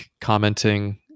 commenting